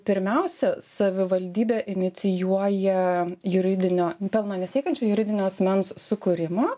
pirmiausia savivaldybė inicijuoja juridinio pelno nesiekiančio juridinio asmens sukūrimą